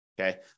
Okay